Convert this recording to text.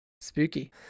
Spooky